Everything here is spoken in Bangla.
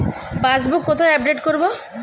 পাসবুক কোথায় আপডেট করব?